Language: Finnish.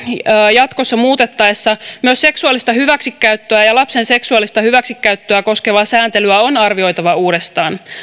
jatkossa muutettaessa myös seksuaalista hyväksikäyttöä ja lapsen seksuaalista hyväksikäyttöä koskevaa sääntelyä on arvioitava uudestaan